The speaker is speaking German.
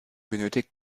benötigt